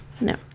No